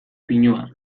pinua